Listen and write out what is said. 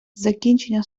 закінчення